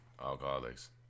Alcoholics